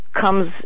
comes